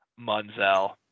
Munzel